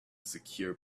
secure